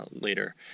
later